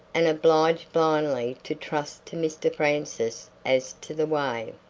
and obliged blindly to trust to mr francis as to the way.